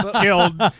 killed